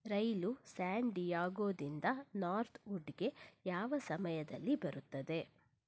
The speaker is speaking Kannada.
ರೈಲ್ ಸ್ಯಾನ್ ಡಿಯಾಗೋದಿಂದ ನಾರ್ತ್ವುಡ್ಗೆ ಯಾವ ಸಮಯದಲ್ಲಿ ಬರುತ್ತದೆ